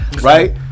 right